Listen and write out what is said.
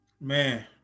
Man